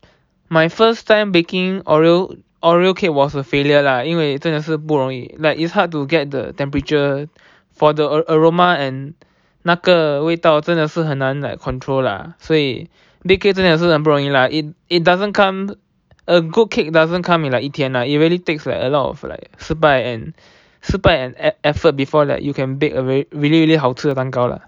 my first time baking oreo oreo cake was a failure lah 因为真的是不容易 like it's hard to get the temperature for the aroma and 那个味道真的是很难 like control lah 所以 bake cake 真的是不容易 lah it it doesn't come a good cake doesn't come in like 一天 lah it really takes a lot of like 失败 and 失败 and effort before like you can bake a really really 好吃的蛋糕啦